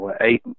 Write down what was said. eight